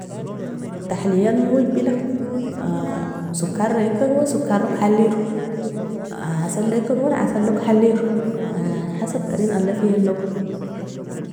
Tahlian mojbela skoraikangon sokarlog haliro, asalaikangon asalog haliro alahasab tarin alafinogo.